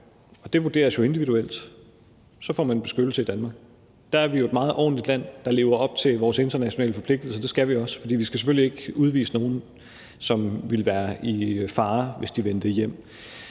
og det vurderes jo individuelt – så får man beskyttelse i Danmark. Der er vi jo et meget ordentligt land, der lever op til vores internationale forpligtelser, og det skal vi også, for vi skal selvfølgelig ikke udvise nogen, som ville være i fare, hvis de vendte hjem.